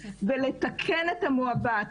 ולתקן את המעוות,